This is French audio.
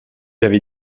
avez